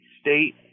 state